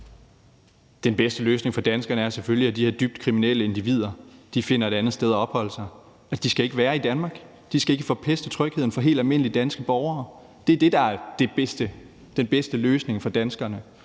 Den bedste løsning for danskerne er selvfølgelig, at de her dybt kriminelle individer finder et andet sted at opholde sig. De skal ikke være i Danmark. De skal ikke forpeste trygheden for helt almindelige danske borgere. Det er det, der er den bedste løsning for danskerne.